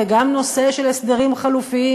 וגם נושא של הסדרים חלופיים.